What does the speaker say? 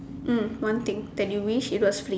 mm one thing that you wish it was free